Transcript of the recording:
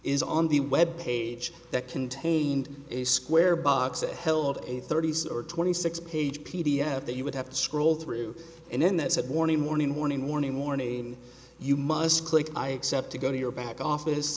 is on the web page that contained a square box a hell of a thirty's or twenty six page p d f that you would have to scroll through and then that said warning warning warning warning warning you must click i accept to go to your back office